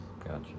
Gotcha